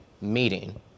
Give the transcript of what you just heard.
meeting